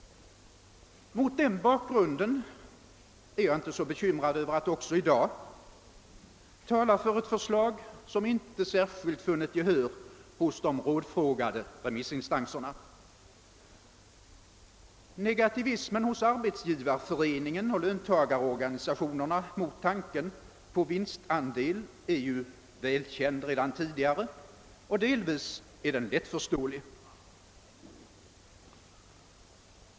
Mot den bakgrunden är jag inte så bekymrad över att också i dag tala för ett förslag som inte i någon särskilt hög grad har funnit gehör hos de rådfrågade remissinstanserna. Negativismen hos Arbetsgivareföreningen och löntagarorganisationerna mot tanken på vinstandel är ju välkänd redan tidigare, och delvis är den lättförståelig.